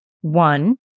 One